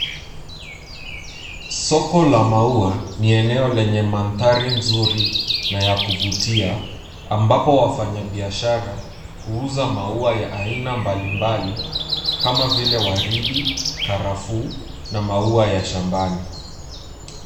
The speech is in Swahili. Soko la maua ni eneo lenye mandhari nzuri na ya kuvutia ambapo wafanya biashara huuza maua ya aina mbalimbali kama vile waridi, karafuu na maua ya shambani.